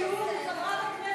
שיעור מחברת הכנסת,